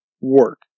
work